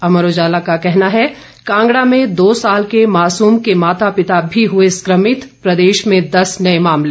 अमर उजाला का कहना है कांगड़ा में दो साल के मासूम के माता पिता भी हए संकमित प्रदेश में दस नए मामले